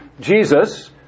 Jesus